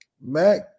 Mac